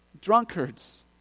Drunkards